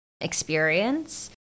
experience